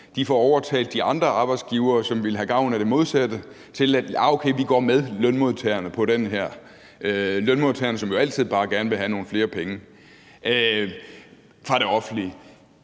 får overtalt de andre arbejdsgivere, som ville have gavn af det modsatte, til at gå med lønmodtagerne her, som jo altid bare gerne vil have nogle flere penge fra det offentlige,